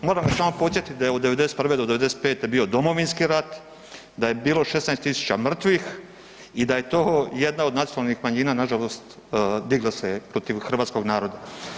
Moram ga samo podsjetiti da je od '91. do '95. bio Domovinski rat, da je bilo 16.000 mrtvih i da je to jedna od nacionalnih manjina nažalost digla se protiv hrvatskog naroda.